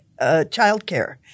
childcare